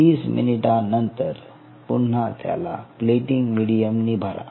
तीस मिनिटानंतर पुन्हा त्याला प्लेटिंग मिडीयमनि भरा